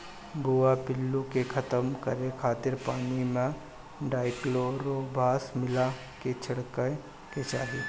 भुआ पिल्लू के खतम करे खातिर पानी में डायकलोरभास मिला के छिड़के के चाही